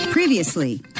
Previously